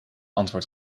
antwoord